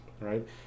right